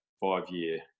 five-year